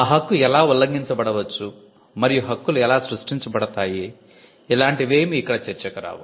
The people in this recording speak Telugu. ఆ హక్కు ఎలా ఉల్లంఘించబడవచ్చు మరియు హక్కులు ఎలా సృష్టించబడతాయి లాంటివేమి ఇక్కడ చర్చకు రావు